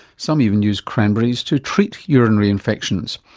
some even use cranberries to treat urinary infections.